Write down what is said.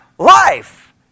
Life